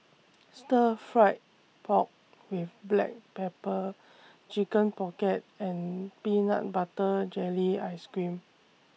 Stir Fried Pork with Black Pepper Chicken Pocket and Peanut Butter Jelly Ice Cream